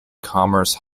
commerce